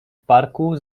parku